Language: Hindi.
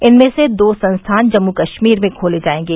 इनमें से दो संस्थान जम्मू कश्मीर में खोले जायेंगे